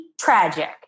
tragic